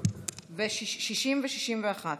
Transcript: ו-61.